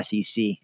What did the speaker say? sec